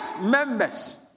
members